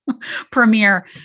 premiere